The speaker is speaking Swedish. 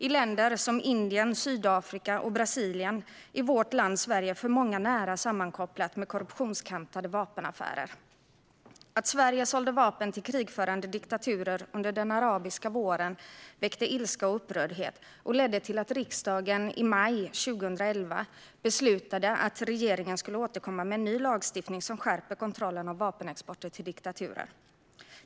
I länder som Indien, Sydafrika och Brasilien är vårt land Sverige för många nära sammankopplat med korruptionskantade vapenaffärer. Att Sverige sålde vapen till krigförande diktaturer under den arabiska våren väckte ilska och upprördhet och ledde till att riksdagen i maj 2011 beslutade att regeringen skulle återkomma med en ny lagstiftning som skärper kontrollen av vapenexport till diktaturer.